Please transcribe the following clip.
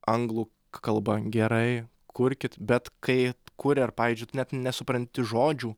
anglų kalba gerai kurkit bet kai kuria ar pavyzdžiui tu net nesupranti žodžių